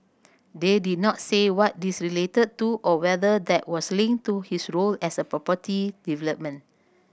they did not say what these related to or whether that was linked to his role as a property development